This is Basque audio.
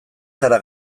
zara